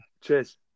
Cheers